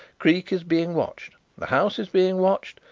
creake is being watched, the house is being watched,